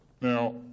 now